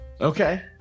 Okay